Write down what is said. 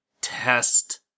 test